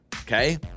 Okay